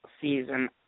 season